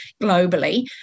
globally